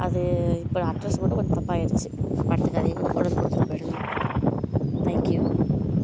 அது இப்போ அட்ரஸ் மட்டும் கொஞ்சம் தப்பாயிருச்சு தப்பாக எடுத்துக்காதீங்க கொஞ்சம் கொண்டுவந்து கொடுத்துட்டு போயிடுங்க தேங்க்யூ